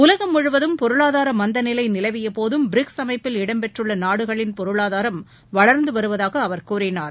உலகம் முழுவதும் பொருளாதார மந்த நிலை நிலவியபோதும் பிரிக்ஸ் அமைப்பில் இடம் பெற்றுள்ள நாடுகளின் பொருளாதாரம் வளர்ந்து வருவதாக அவர் கூறினார்